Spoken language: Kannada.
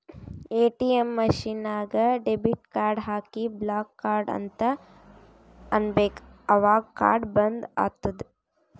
ಎ.ಟಿ.ಎಮ್ ಮಷಿನ್ ನಾಗ್ ಡೆಬಿಟ್ ಕಾರ್ಡ್ ಹಾಕಿ ಬ್ಲಾಕ್ ಕಾರ್ಡ್ ಅಂತ್ ಅನ್ಬೇಕ ಅವಗ್ ಕಾರ್ಡ ಬಂದ್ ಆತ್ತುದ್